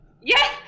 Yes